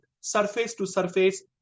surface-to-surface